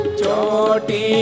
Choti